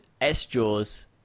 S-Jaws